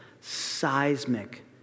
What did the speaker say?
seismic